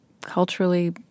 culturally